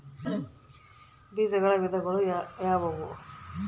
ಬೇಜಗಳ ವಿಧಗಳು ಯಾವುವು?